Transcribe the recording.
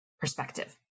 perspective